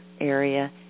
area